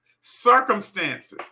circumstances